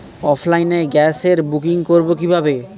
অফলাইনে গ্যাসের বুকিং করব কিভাবে?